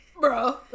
Bro